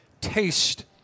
taste